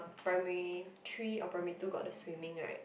primary three or primary two got the swimming right